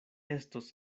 estos